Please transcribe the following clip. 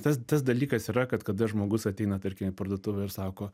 tas tas dalykas yra kad kada žmogus ateina tarkim į parduotuvę ir sako